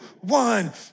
one